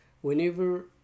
Whenever